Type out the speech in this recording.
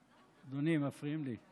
אדוני, הם מפריעים לי.